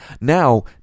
Now